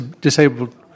disabled